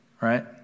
right